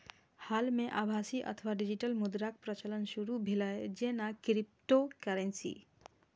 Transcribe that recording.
हाल मे आभासी अथवा डिजिटल मुद्राक प्रचलन शुरू भेलै, जेना क्रिप्टोकरेंसी